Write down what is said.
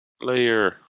Layer